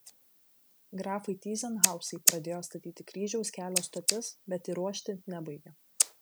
grafai tyzenhauzai pradėjo statyti kryžiaus kelio stotis bet įruošti nebaigė